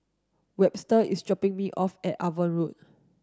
Webster is dropping me off at Avon Road